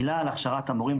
מילה על הכשרת המורים,